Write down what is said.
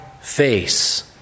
face